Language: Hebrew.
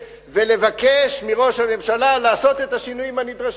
ולבקש מראש הממשלה לעשות את השינויים הנדרשים.